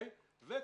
וכמובן,